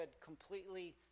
completely